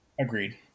Agreed